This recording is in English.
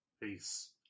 Peace